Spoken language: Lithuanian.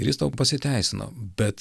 ir jis tau pasiteisino bet